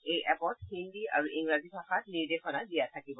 এই এপত হিন্দী আৰু ইংৰাজী ভাষাত নিৰ্দেশনা দিয়া থাকিব